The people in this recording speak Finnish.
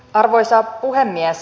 arvoisa puhemies